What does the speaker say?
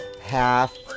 half